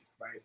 right